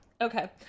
Okay